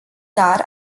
dar